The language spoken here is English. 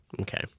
okay